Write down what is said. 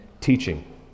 teaching